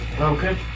Okay